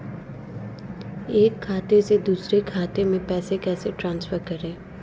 एक खाते से दूसरे खाते में पैसे कैसे ट्रांसफर करें?